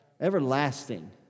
Everlasting